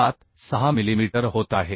76 millimetre होत आहे